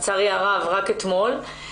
לצערי הרב רק אתמול.